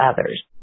others